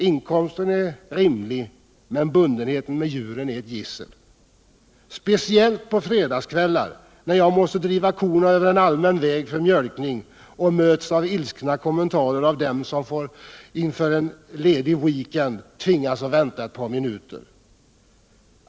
Inkomsten är nu rimlig, men bundenheten med djuren är ett gissel — speciellt på fredagskvällar när jag måste driva korna över en allmän väg för mjölkning och möts av ilskna kommentarer från dem som inför en ledig weekend tvingas vänta ett par minuter.